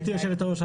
גברתי היושבת-ראש,